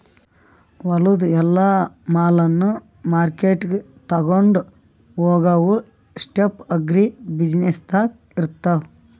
ಹೊಲದು ಎಲ್ಲಾ ಮಾಲನ್ನ ಮಾರ್ಕೆಟ್ಗ್ ತೊಗೊಂಡು ಹೋಗಾವು ಸ್ಟೆಪ್ಸ್ ಅಗ್ರಿ ಬ್ಯುಸಿನೆಸ್ದಾಗ್ ಇರ್ತಾವ